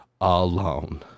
alone